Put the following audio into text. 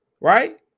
right